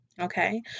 Okay